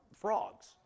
frogs